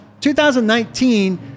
2019—